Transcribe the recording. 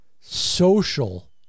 social